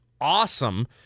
awesome